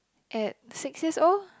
at six years old